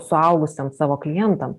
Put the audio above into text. suaugusiem savo klientams